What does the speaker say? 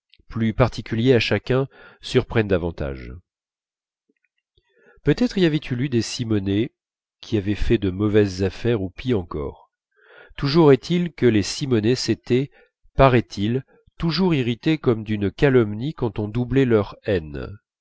plus particuliers à chacun surprennent davantage peut-être y avait-il eu des simonet qui avaient fait de mauvaises affaires ou pis encore toujours est-il que les simonet s'étaient paraît-il toujours irrités comme d'une calomnie quand on doublait leur